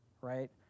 right